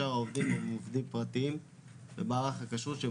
שאר העובדים הם עובדים פרטיים במערך הכשרות שהם